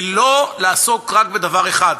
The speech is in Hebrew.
ולא לעסוק רק בדבר אחד,